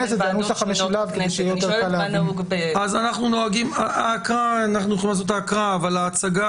אבל מה שאנחנו מבקשים מכם זה הצגה